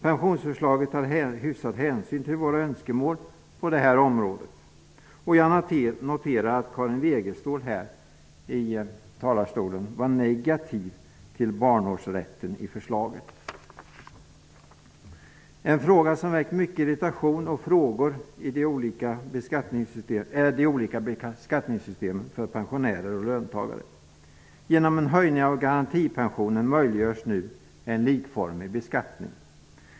Pensionsförslaget tar hyfsad hänsyn till våra öskemål på detta område. Jag noterar att En fråga som har väckt mycket irritation och många frågor är de olika beskattningssystemen för pensionärer och löntagare. Genom en höjning av garantipensionen möjliggörs nu en likformig beskattning.